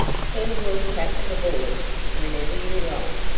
send your traps aboard whenever you like,